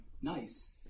Nice